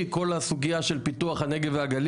30 אלף מקומות עבודה וזה חשוב לנו.